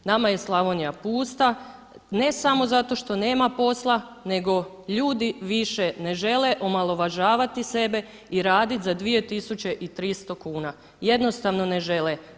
Nama je Slavonija pusta ne samo zato što nema posla, nego ljudi više ne žele omalovažavati sebe i radit za 2300 kuna, jednostavno ne žele.